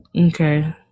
Okay